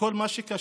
בכל מה שקשור